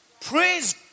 Praise